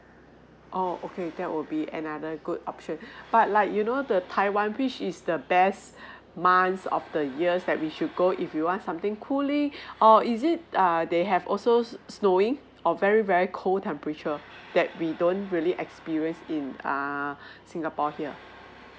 oo okay that would be another good option but like you know the taiwan which is the best months of the years that we should go if you want something cooling or is it err they have also snowing or very very cold temperature that we don't really experience in err singapore here